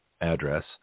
address